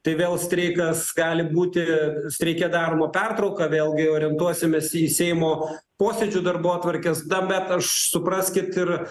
tai vėl streikas gali būti streike daroma pertrauka vėlgi orientuosimės į seimo posėdžių darbotvarkes na bet aš supraskit ir